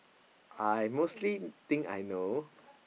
I mostly think I know